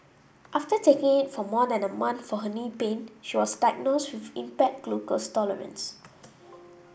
after taking it for more than a month for her knee pain she was diagnosed with impaired glucose tolerance